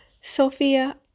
Sophia